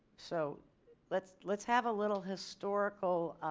so let's let's have a little historical.